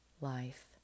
Life